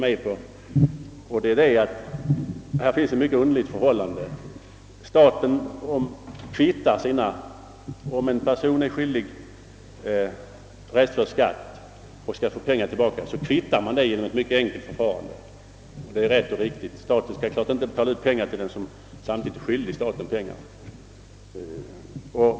Om en person häftar i skuld för restförd skatt och samtidigt skall få pengar tillbaka i Ööverskottsskatt, kvittar staten detta genom ett mycket enkelt förfarande. Detta är i och för sig riktigt. Staten skall inte betala ut pengar till en person som samtidigt är skyldig staten pengar.